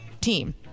team